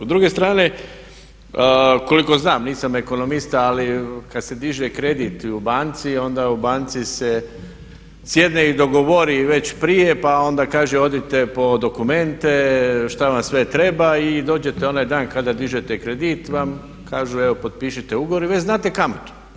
S druge strane koliko znam, nisam ekonomista, ali kad se diže kredit i u banci onda u banci se sjedne i dogovori već prije pa onda kaže odite po dokumente, što vam sve treba i dođete onaj dan kada dižete kredit i kažu vam evo potpišite ugovor i već znate kamatu.